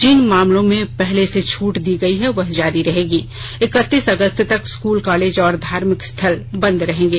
जिन मामलों में पहले से छूट दी गई है वह जारी रहेगी इकतीस अगस्त तक स्कूल कॉलेज और धार्मिक स्थ्ल बंद रहेंगे